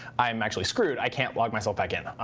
i am actually screwed. i can't log myself back in,